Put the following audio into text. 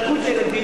בדקו את הילדים,